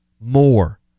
more